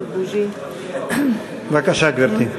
בבקשה, גברתי.